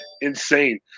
insane